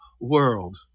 world